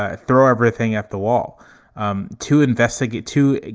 ah throw everything at the wall um to investigate, to,